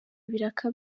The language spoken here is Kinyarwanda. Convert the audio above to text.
ibiraka